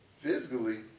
Physically